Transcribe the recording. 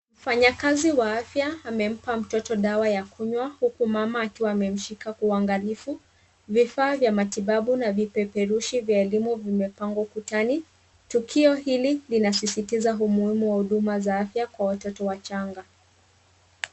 Mfanyakazi wa afya amempa mtoto dawa ya kunywa huku mama akiwa amemshika kwa uangalifu. Vifaa vya matibabu na vipeperushi vya elimu vimepangwa ukutani. Tukio hili linasisitiza umuhimu wa huduma za afya kwa watoto wachanga.